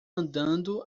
andando